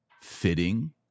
fitting